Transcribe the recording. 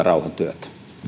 rauhantyötä